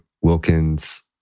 Wilkins